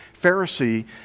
Pharisee